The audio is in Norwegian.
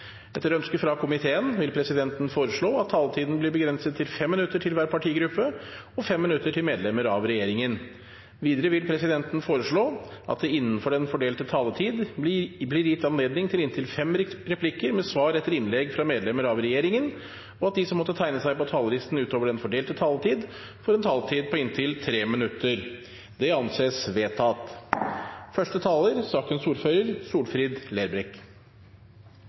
Etter ønske fra arbeids- og sosialkomiteen vil presidenten foreslå at taletiden blir begrenset til 5 minutter til hver partigruppe og 5 minutter til medlemmer av regjeringen. Videre vil presidenten foreslå at det – innenfor den fordelte taletid – blir gitt anledning til replikkordskifte på inntil fem replikker med svar etter innlegg fra medlemmer av regjeringen, og at de som måtte tegne seg på talerlisten utover den fordelte taletid, får en taletid på inntil 3 minutter. – Det anses vedtatt.